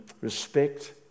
respect